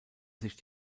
sich